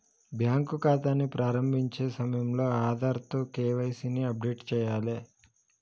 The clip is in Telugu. బ్యాంకు ఖాతాని ప్రారంభించే సమయంలో ఆధార్తో కేవైసీ ని అప్డేట్ చేయాలే